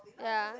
ya